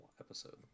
episode